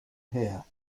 here